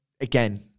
Again